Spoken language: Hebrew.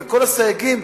וכל הסייגים,